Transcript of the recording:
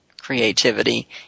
creativity